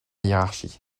hiérarchie